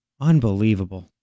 Unbelievable